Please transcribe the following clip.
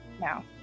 now